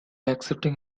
accepting